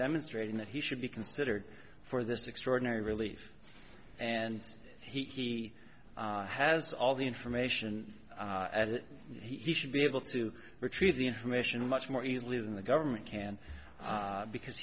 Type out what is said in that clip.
demonstrating that he should be considered for this extraordinary relief and he has all the information at it and he should be able to retrieve the information much more easily than the government can because